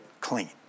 clean